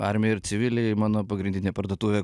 armija ir civiliai mano pagrindinė parduotuvė